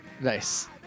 Nice